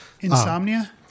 Insomnia